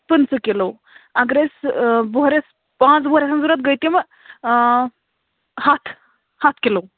پٕنٛژٕ کِلوٗ اَگر أسۍ بۄہرٮ۪س پانٛژھ بۄہرِ آسَن ضوٚرَتھ گٔے تِمہٕ ہَتھ ہَتھ کِلوٗ